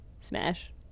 Smash